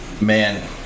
man